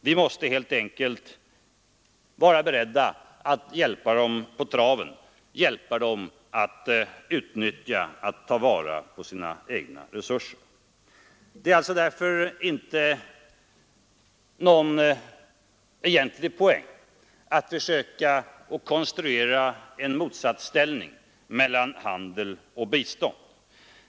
Vi måste helt enkelt vara beredda att hjälpa dem på traven, dvs. hjälpa dem att ta vara på sina egna resurser. Det är alltså inte någon egentlig poäng att försöka konstruera en motsatsställning mellan handel och prisstopp.